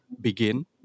begin